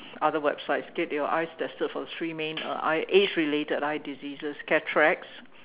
other websites get your eyes tested for three main uh eye age related eye disease cataracts